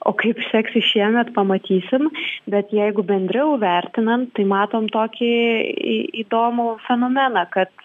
o kaip seksis šiemet pamatysim bet jeigu bendriau vertinant tai matom tokį įdomų fenomeną kad